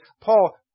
Paul